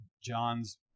john's